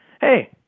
hey